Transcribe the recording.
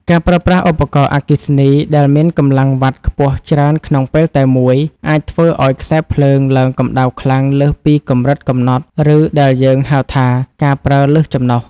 ការប្រើប្រាស់ឧបករណ៍អគ្គិសនីដែលមានកម្លាំងវ៉ាត់ខ្ពស់ច្រើនក្នុងពេលតែមួយ អាចធ្វើឱ្យខ្សែភ្លើងឡើងកម្ដៅខ្លាំងលើសពីកម្រិតកំណត់ ឬដែលយើងហៅថាការប្រើលើសចំណុះ។